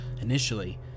Initially